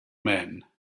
men